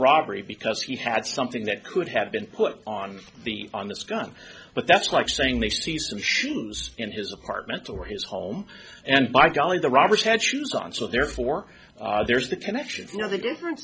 robbery because he had something that could have been put on the on this gun but that's like saying they see some shoes in his apartment or his home and by golly the robbers had shoes on so therefore there's the connection you know the difference